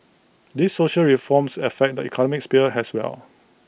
these social reforms affect the economic sphere as well